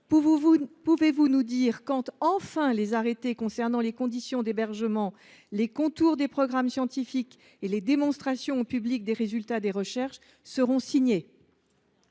Pouvez vous nous dire quand, enfin, les arrêtés concernant les conditions d’hébergement, les contours des programmes scientifiques et les démonstrations au public des résultats des recherches seront signés ?